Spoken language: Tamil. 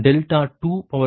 16 3 3